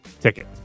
ticket